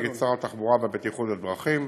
נגד שר התחבורה והבטיחות בדרכים,